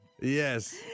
Yes